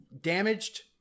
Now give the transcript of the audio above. damaged